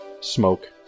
smoke